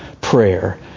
prayer